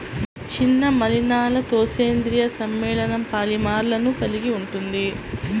చిన్న మలినాలతోసేంద్రీయ సమ్మేళనంపాలిమర్లను కలిగి ఉంటుంది